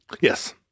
Yes